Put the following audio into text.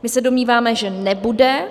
My se domníváme, že nebude.